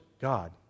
God